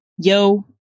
yo